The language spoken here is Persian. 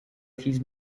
تیز